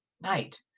Night